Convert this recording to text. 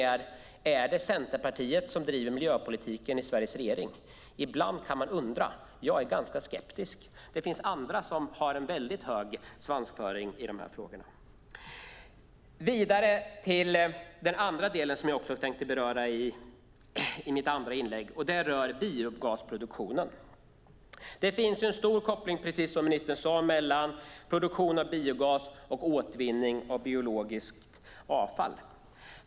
Är det Centerpartiet som driver miljöpolitiken i Sveriges regering? Ibland kan man undra. Jag är ganska skeptisk. Det finns andra som har en hög svansföring i frågorna. Jag går vidare till den andra delen som jag tänkte beröra i mitt inlägg, nämligen biogasproduktionen. Det finns en stor koppling, precis som ministern sade, mellan produktion av biogas och återvinning av biologiskt avfall.